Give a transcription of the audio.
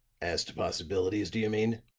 as to possibilities, do you mean?